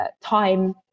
time